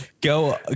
Go